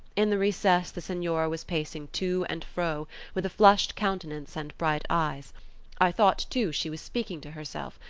in the recess the senora was pacing to and fro with a flushed countenance and bright eyes i thought, too, she was speaking to herself,